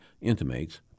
intimates